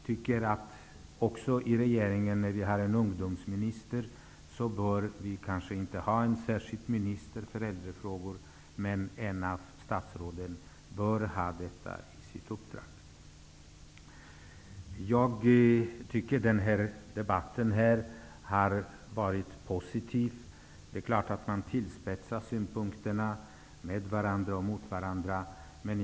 Eftersom det inte finns en ungdomsminister i regeringen bör vi kanske inte ha en särskild minister för äldrefrågor. Men något av statsråden bör ha med i sitt uppdrag just dessa saker. Jag tycker att debatten har varit positiv. Det är klart att den ibland tillspetsas med synpunkter -- vi kan ju vara för eller emot varandras åsikter.